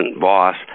boss